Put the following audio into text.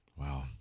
Wow